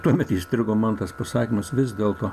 tuomet įstrigo man tas pasakymas vis dėlto